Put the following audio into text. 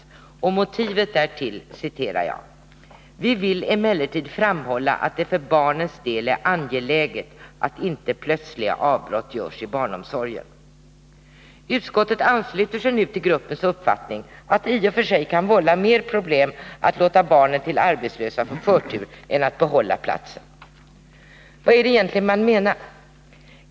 När det gäller motivet därtill citerar jag: ”Vi vill emellertid framhålla att det för barnens del är angeläget att inte plötsliga avbrott görs i barnomsorgen.” Utskottet ansluter sig nu till gruppens uppfattning att det i och för sig kan vålla mer problem att låta barn till arbetslösa föräldrar få förtur än att behålla platserna. Vad är det egentligen man menar?